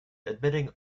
admitting